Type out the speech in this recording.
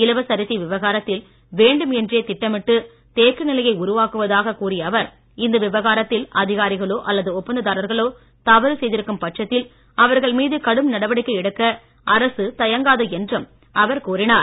இலவச அரிசி விவகாரத்தில் வேண்டும் என்றே திட்டமிட்டு தேக்க நிலையை உருவாக்குவதாக கூறிய அவர் இந்த விவகாரத்தில் அதிகாரிகளோ அல்லது ஒப்பந்த்தாரர்களோ தவறு செய்திருக்கும் பட்சத்தில் அவர்கள் மீது கடும் நடவடிக்கை எடுக்க அரசு தயங்கக்கூடாது என்றும் அவர் கூறினார்